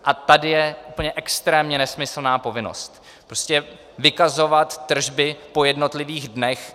A tady je úplně extrémně nesmyslná povinnost prostě vykazovat tržby po jednotlivých dnech.